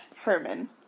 Herman